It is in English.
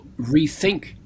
rethink